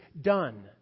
done